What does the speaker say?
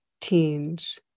teens